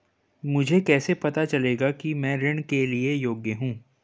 मुझे कैसे पता चलेगा कि मैं ऋण के लिए योग्य हूँ?